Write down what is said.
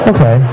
Okay